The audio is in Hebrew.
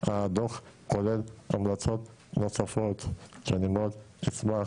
הדוח כולל המלצות נוספות שאשמח